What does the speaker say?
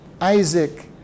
Isaac